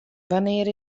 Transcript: wannear